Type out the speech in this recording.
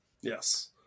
Yes